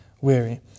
weary